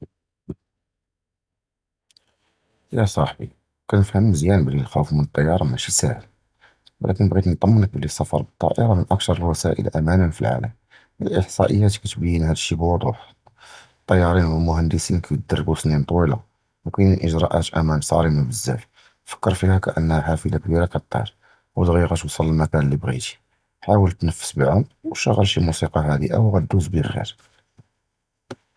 יַ צַחְבִּי קִנְפְהַם מְזְיַאן בְּלִי הַחוֹף מִן אַל-טַיַּארָה מַא שִי סַהֵל, וְלָקִין בָּغִית נְטַמְּנַּךּ בְּלִי הַסַּפַר בַּטַּיַּארָה מִן אַכְתַּר הַוָסַאִיל אַמָּאנָה פִי הָעָלַם, הָאִחְצָאאִיַּאת קִתְבִּין הַדִּיּ שִי בּוּדּוּח, הַטַּיַּארִין וְהַמּוֹהַנדִסִין קִידַרְבּוּ סִנִין טְווִילָה, וְקַאיֵן אִגְרָא'את אַמָּאנ סַארִמָה בְּזַאפ, פִכֵּר פִיהָ כְּאִן הִי חַאפֵּלְה קְבִּיר כַּטַּיֵּר וְדְגִ'יָּא גַּתְוּסַל אַל-מָקַאן לִי בָּغִיתִי, חַאווּל תִתְנַפַּס בְּעֻמְק וְשִי מוּסִיקָא חַאדִיאָה וְגַאנְדּוּז בְּחֵיר.